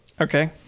Okay